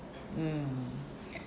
mm